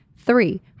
Three